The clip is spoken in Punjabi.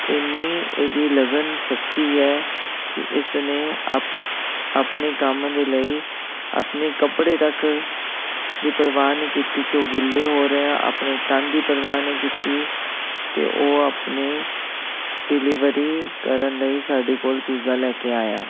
ਇੰਨੀ ਇਹਦੀ ਲਗਨ ਸੱਚੀ ਹੈ ਕਿ ਇਸ ਨੇ ਅਪ ਆਪਣੇ ਕੰਮ ਦੇ ਲਈ ਆਪਣੇ ਕੱਪੜੇ ਤੱਕ ਦੀ ਪਰਵਾਹ ਨਹੀਂ ਕੀਤੀ ਕਿ ਉਹ ਗਿੱਲੇ ਹੋ ਰਹੇ ਆ ਆਪਣੇ ਤਨ ਦੀ ਪਰਵਾਹ ਨਹੀਂ ਕੀਤੀ ਅਤੇ ਉਹ ਆਪਣੇ ਡਿਲੀਵਰੀ ਕਰਨ ਲਈ ਸਾਡੇ ਕੋਲ ਪੀਜ਼ਾ ਲੈ ਕੇ ਆਇਆ